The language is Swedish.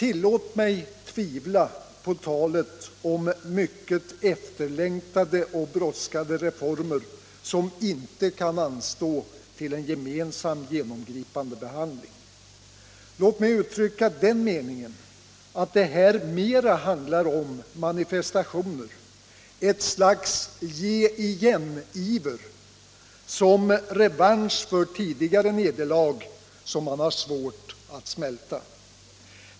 Tillåt mig tvivla på talet om mycket efterlängtade och brådskande reformer som inte kan anstå till en gemensam genomgripande behandling. Låt mig uttrycka den meningen att det här mera handlar om manifestationer, ett slags ge igen-iver som revansch för tidigare nederlag som man har svårt att smälta.